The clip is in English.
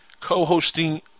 co-hosting